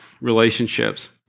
relationships